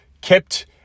kept